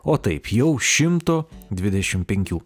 o taip jau šimto dvidešimt penkių